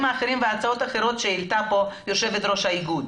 אחרים ועל הצעות אחרות שהעלתה פה יושבת-ראש האיגוד.